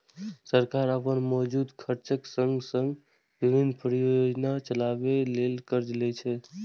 सरकार अपन मौजूदा खर्चक संग संग विभिन्न परियोजना चलाबै ले कर्ज लै छै